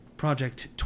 Project